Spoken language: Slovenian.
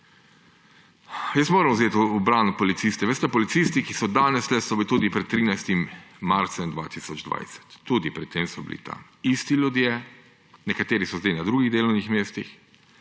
Jaz moram vzeti v bran policiste. Policisti, ki so danes tukaj, so bili tudi pred 13. marcem 2020. Tudi pred tem so bili tam isti ljudje, nekateri so zdaj na drugih delovnih mestih.